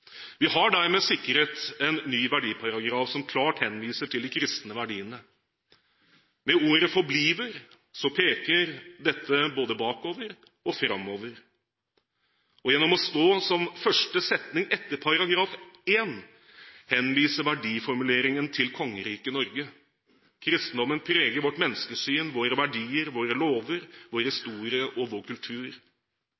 Vi har dermed sikret en ny verdiparagraf som klart henviser til de kristne verdiene. Med ordet «forbliver» peker dette både bakover og framover, og gjennom å stå som første setning etter § 1 henviser verdiformuleringen til kongeriket Norge. Kristendommen preger vårt menneskesyn, våre verdier, våre lover, vår